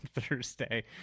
Thursday